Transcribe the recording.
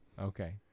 Okay